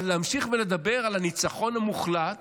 אבל להמשיך ולדבר על הניצחון המוחלט